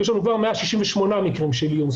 יש לנו כבר 168 מקרים של איום,